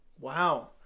Wow